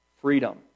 freedom